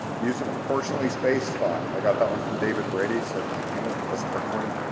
use a proportionally-spaced font, i got that one from david brady, so blame him if it doesn't work for ya.